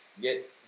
get